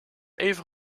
even